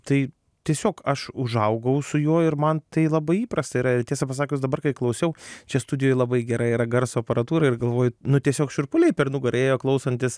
tai tiesiog aš užaugau su juo ir man tai labai įprasta yra tiesą pasakius dabar kai klausiau čia studijoj labai gera yra garso aparatūra ir galvoju nu tiesiog šiurpuliai per nugarą ėjo klausantis